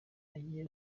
agiye